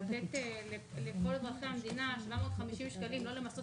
לתת לכל אזרחי המדינה 750 שקלים ולא למסות